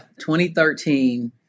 2013